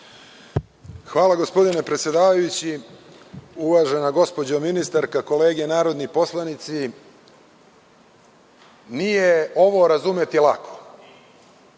Hvala gospodine predsedavajući. Uvažena gospođo ministarka, kolege narodni poslanici, nije ovo razumeti lako.